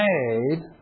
made